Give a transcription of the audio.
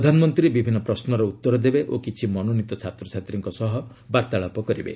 ପ୍ରଧାନମନ୍ତ୍ରୀ ବିଭିନ୍ନ ପ୍ରଶ୍ମର ଉତ୍ତର ଦେବେ ଓ କିଛି ମନୋନୀତ ଛାତ୍ରଛାତ୍ରୀଙ୍କ ସହ ବାର୍ତ୍ତାଳାପ କରିବେ